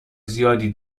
زیادی